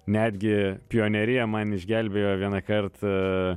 netgi pionerija man išgelbėjo vienąkart